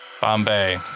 Bombay